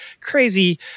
crazy